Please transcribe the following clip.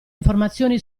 informazioni